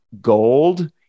gold